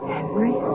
Henry